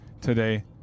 today